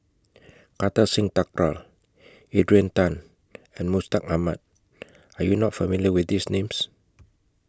Kartar Singh Thakral Adrian Tan and Mustaq Ahmad Are YOU not familiar with These Names